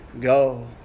go